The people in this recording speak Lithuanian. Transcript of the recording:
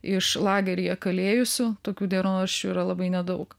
iš lageryje kalėjusių tokių dienoraščių yra labai nedaug